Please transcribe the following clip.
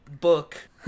book